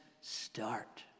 start